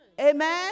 Amen